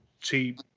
cheap